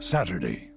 Saturday